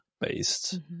based